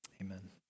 Amen